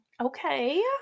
okay